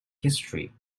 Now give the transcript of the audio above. history